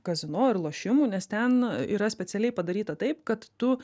kazino ir lošimų nes ten yra specialiai padaryta taip kad tu